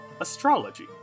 astrology